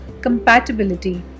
compatibility